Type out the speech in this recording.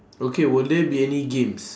okay will there be any games